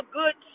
good